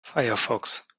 firefox